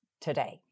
today